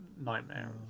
nightmare